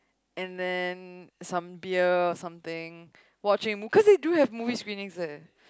and then some beer something watching because they do have movie screenings leh